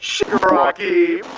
shiguraki,